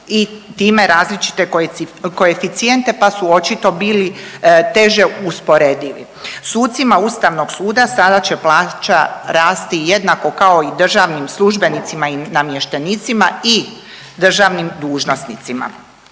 i time različite koeficijente, pa su očito bili teže usporedivi. Sucima Ustavnog suda sada će plaća rasti jednako kao i državnim službenicima i namještenicima i državnim dužnosnicima.